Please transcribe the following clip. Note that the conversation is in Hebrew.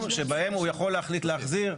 שבהם הוא יכול להחליט להחזיר,